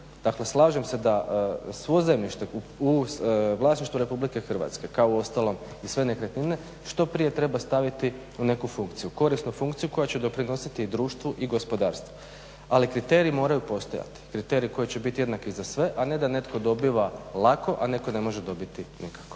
Dakle slažem se da svo zemljište u vlasništvu Republike Hrvatske, kao uostalom i sve nekretnine, što prije treba staviti u neku funkciju, korisnu funkciju koja će doprinositi društvu i gospodarstvu. Ali kriteriji moraju postojati, kriteriji koji će biti jednaki za sve, a ne da netko dobiva lako, a netko ne može dobiti nikako.